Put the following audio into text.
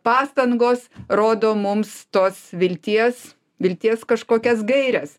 pastangos rodo mums tos vilties vilties kažkokias gaires